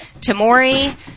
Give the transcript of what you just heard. Tamori